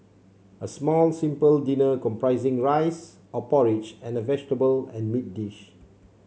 a small simple dinner comprising rice or porridge and a vegetable and meat dish